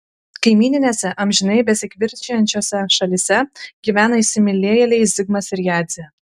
kaimyninėse amžinai besikivirčijančiose šalyse gyvena įsimylėjėliai zigmas ir jadzė